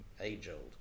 age-old